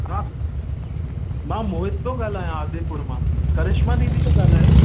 हा मां मोहित थो ॻाल्हायां आदिपुर मां करिश्मा दीदी था ॻाल्हायो